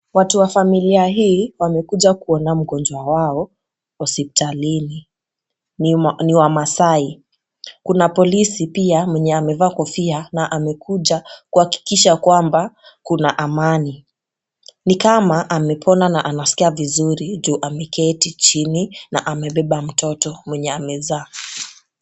Watu wa familia hii wamekuja kuona mgonjwa wao hospitalini, ni wamaasai. Kuna polisi pia mwenye amevaa kofia na amekuja kuhakikisha kwamba kuna amani, ni kama amepona na anaskia vizuri juu ameketi chini na amebeba mtoto mwenye amezaa.